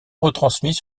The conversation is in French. retransmis